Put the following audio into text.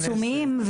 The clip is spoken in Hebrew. במחסומים?